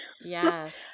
Yes